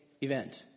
event